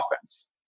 offense